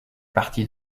partie